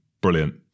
brilliant